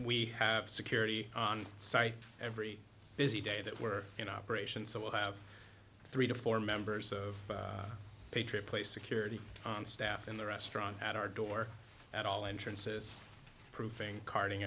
we have security on site every busy day that we're in operation so we'll have three to four members of patriot place security on staff in the restaurant at our door at all entrances proving carting